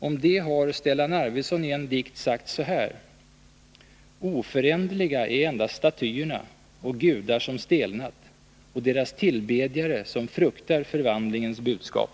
Om det har Stellan Arvidson i en dikt sagt så här: är endast statyerna gudar som stelnat och deras tillbedjare som fruktar förvandlingens budskap.